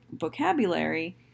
vocabulary